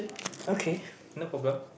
okay no problem